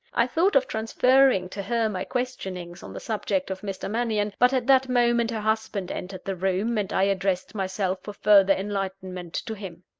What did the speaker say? i thought of transferring to her my questionings on the subject of mr. mannion but at that moment her husband entered the room, and i addressed myself for further enlightenment to him.